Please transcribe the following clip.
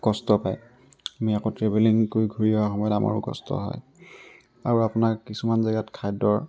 কষ্ট পায় আমি আকৌ ট্ৰেভেলিং কৰি ঘূৰি অহা সময়ত আমাৰো কষ্ট হয় আৰু আপোনাৰ কিছুমান জেগাত খাদ্যৰ